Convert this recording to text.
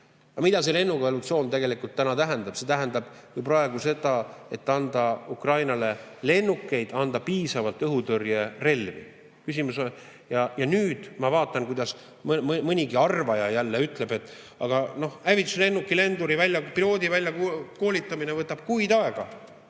Mida see lennukeelutsoon tegelikult täna tähendab? See tähendab praegu seda, et anda Ukrainale lennukeid, anda piisavalt õhutõrjerelvi. Ja nüüd ma vaatan, kuidas mõnigi arvaja jälle ütleb, et aga noh, hävituslennuki piloodi väljakoolitamine võtab kuid aega.